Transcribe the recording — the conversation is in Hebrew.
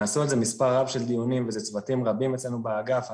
נעשו על זה מספר רב של דיונים וזה צוותים רבים אצלנו באגף.